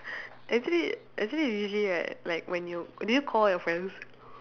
actually actually usually right like when you do you call your friends